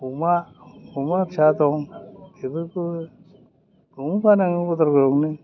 अमा अमा फिसा दं बेफोरखौ बावनो फानो आं उदालगुरियावनो